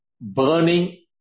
burning